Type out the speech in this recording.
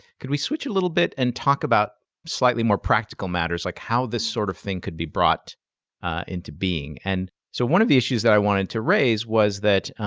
could we switch a little bit and talk about slightly more practical matters, like how this sort of thing could be brought into being? and so one of the issues that i wanted to raise was that,